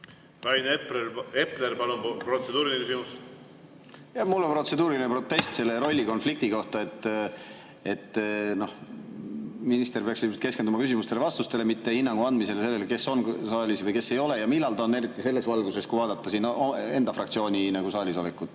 Rain Epler, palun, protseduuriline küsimus! Mul on protseduuriline protest selle rollikonflikti kohta. Minister peaks keskenduma küsimustele-vastustele, mitte hinnangu andmisele, kes on saalis või kes ei ole ja millal ta on. Eriti selles valguses, kui vaadata enda fraktsiooni saalis olekut.